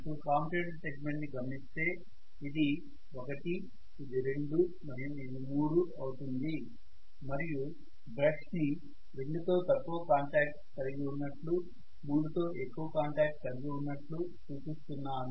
ఇప్పుడు commutator segment ని గమనిస్తే ఇది 1 ఇది 2 మరియు ఇది 3 అవుతుంది మరియు బ్రష్ ని 2 తో తక్కువ కాంటాక్ట్ కలిగి ఉన్నట్లు 3 తో ఎక్కువ కాంటాక్ట్ కలిగి ఉన్నట్లు చూపిస్తున్నాను